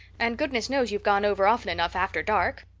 and goodness knows you've gone over often enough after dark.